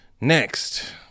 Next